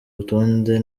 urutonde